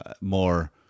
More